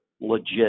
legit